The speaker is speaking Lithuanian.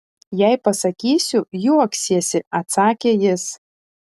jei pasakysiu juoksiesi atsakė jis